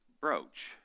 brooch